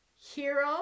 Hero